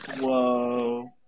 Whoa